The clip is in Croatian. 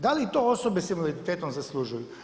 Da li to osobe sa invaliditetom zaslužuju?